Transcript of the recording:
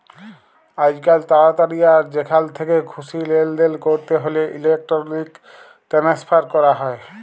আইজকাল তাড়াতাড়ি আর যেখাল থ্যাকে খুশি লেলদেল ক্যরতে হ্যলে ইলেকটরলিক টেনেসফার ক্যরা হয়